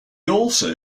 also